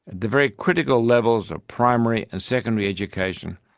and the very critical levels of primary and secondary education,